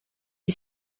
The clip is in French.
est